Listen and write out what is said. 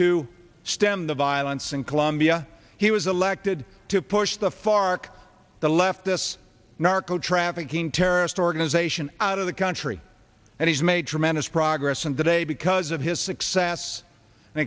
to stem the violence in colombia he was elected to push the fark the left this narco trafficking terrorist organization out of the country and he's made tremendous progress on that because of his success and